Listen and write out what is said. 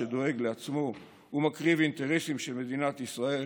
שדואג לעצמו ומקריב אינטרסים של מדינת ישראל